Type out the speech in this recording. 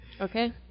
Okay